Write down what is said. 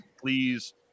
please